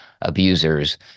abusers